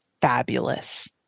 fabulous